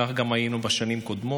כך גם היה בשנים קודמות.